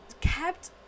kept